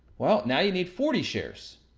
well, now you need forty shares.